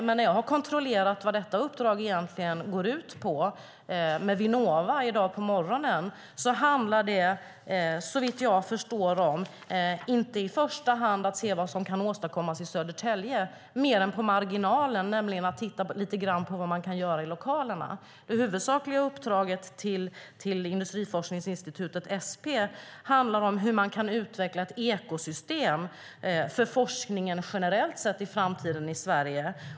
Men när jag kontrollerade vad detta uppdrag egentligen går ut på med Vinnova i dag på morgonen så handlar det, såvitt jag förstår, inte i första hand om att se vad som kan åstadkommas i Södertälje, mer än på marginalen, nämligen att titta lite grann på vad man kan göra i lokalerna, utan det huvudsakliga uppdraget till industriforskningsinstitutet SP handlar om hur man kan utveckla ett ekosystem för forskningen generellt sett i framtiden i Sverige.